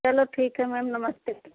चलो ठीक है मैम नमस्ते